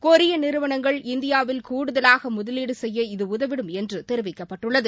கொரிய நிறுவனங்கள் இந்தியாவில் கூடுதலாக முதலீடு செய்ய இது உதவிடும் என்று தெரிவிக்கப்பட்டுள்ளது